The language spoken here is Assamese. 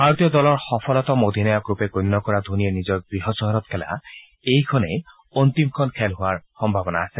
ভাৰতীয় দলৰ সফলতম অধিনায়ক ৰূপে গণ্য কৰা ধোনীয়ে নিজৰ গৃহ চহৰত খেলা এইখনেই অন্তিমখন খেল হোৱাৰ সম্ভাৱনা আছে